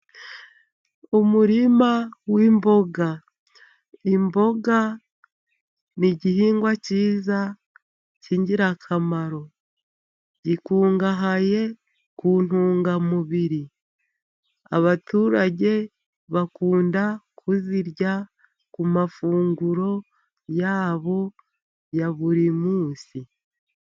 Umurima w'imboga ,imboga ni igihingwa cyiza cy'ingirakamaro gikungahaye ku ntungamubiri ,abaturage bakunda kuzirya ku mafunguro yabo ya buri munsi.